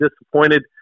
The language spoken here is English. disappointed